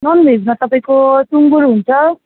non भेजमा तपाईँको सुँगुर हुन्छ